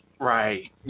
Right